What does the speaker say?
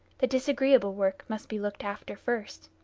the disagreeable work must be looked after first.